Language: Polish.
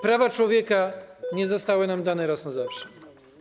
Prawa człowieka nie zostały nam dane raz na zawsze.